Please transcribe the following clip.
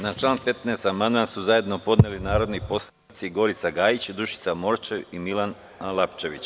Na član 15. amandman su zajedno podneli narodni poslanici Gorica Gajić, Dušica Morčev i Milan Lapčević.